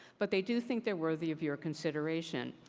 but they do think they're worthy of your consideration.